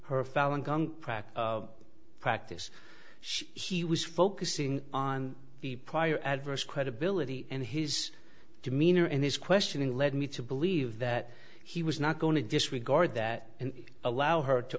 of practice she was focusing on the prior adverse credibility and his demeanor and his questioning led me to believe that he was not going to disregard that and allow her to